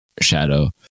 shadow